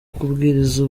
kubwiriza